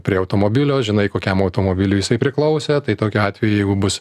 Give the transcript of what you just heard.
prie automobilio žinai kokiam automobiliui jisai priklausė tai tokiu atveju jeigu bus